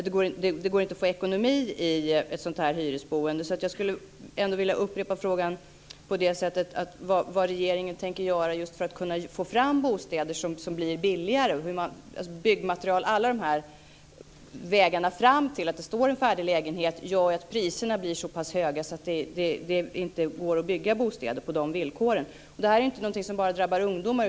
Det går inte att få ekonomi i ett sådant hyresboende. Alla vägarna fram till att det står en färdig lägenhet gör att priserna blir så pass höga att det inte går att bygga bostäder på de villkoren. Detta är inte någonting som bara drabbar ungdomar.